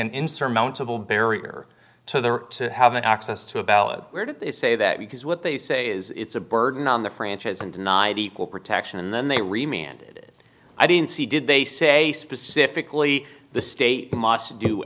an insurmountable barrier to their have an access to a ballot where did they say that because what they say is it's a burden on the franchise and denied equal protection and then they reminded i didn't see did they say specifically the state must do